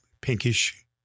pinkish